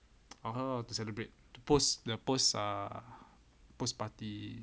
oh her how to celebrate the post the post err post party